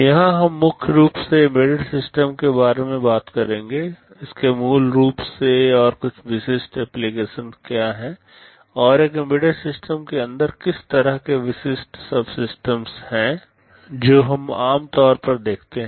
यहां हम मुख्य रूप से एम्बेडेड सिस्टम के बारे में बात करेंगे इसके मूल रूप से और कुछ विशिष्ट एप्लीकेशन क्या हैं और एक एम्बेडेड सिस्टम के अंदर किस तरह के विशिष्ट सबसिस्टम हैं जो हम आम तौर पर देखते हैं